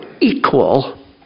equal